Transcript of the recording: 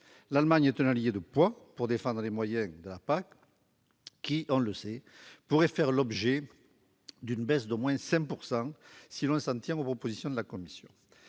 L'Allemagne est un allié de poids pour défendre les moyens de la PAC, qui, on le sait, pourraient baisser d'au moins 5 % si l'on s'en tient aux propositions de la Commission.